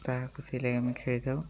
ତାହାକୁ ସେଇଲାଗି ଆମେ ଖେଳିଥାଉ